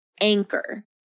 anchor